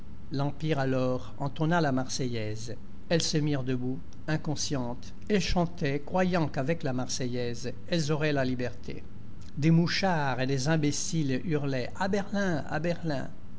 l'empire alors entonna la marseillaise elles se mirent debout inconscientes elles chantaient croyant qu'avec la marseillaise elles auraient la liberté des mouchards et des imbéciles hurlaient a berlin à berlin